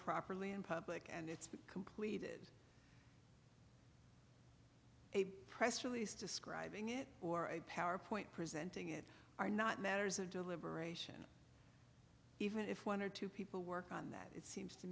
properly in public and it's complete a press release describing it or a power point presenting it are not matters of deliberation even if one or two people work on that